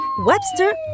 Webster